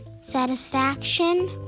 Satisfaction